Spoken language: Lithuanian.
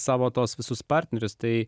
savo tos visus partnerius tai